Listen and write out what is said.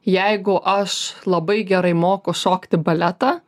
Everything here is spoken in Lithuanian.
jeigu aš labai gerai moku šokti baletą